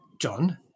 John